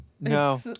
no